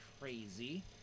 crazy